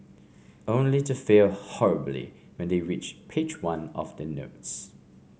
only to fail horribly when they reach page one of the notes